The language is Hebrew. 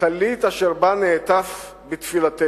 הטלית אשר בה נתעטף בתפילתנו,